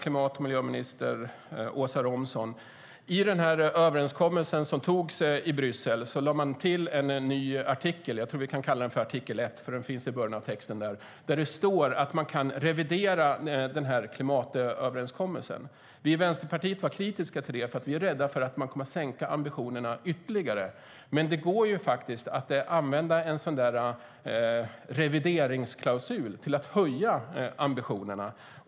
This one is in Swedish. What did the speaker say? I den överenskommelse som träffades i Bryssel lade man till en ny artikel - jag tror att vi kan kalla den artikel 1 eftersom den finns i början av texten - där det står att man kan revidera klimatöverenskommelsen. Vi i Vänsterpartiet var kritiska till det eftersom vi är rädda att ambitionerna kommer att sänkas ytterligare. Men det går att använda en sådan revideringsklausul till att höja ambitionerna.